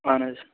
اَہن حظ